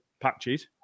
patches